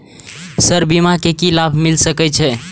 Sir बीमा से की लाभ मिल सके छी?